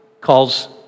calls